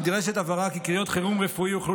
נדרשת הבהרה כי קריאות חירום רפואי יוכלו